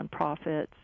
nonprofits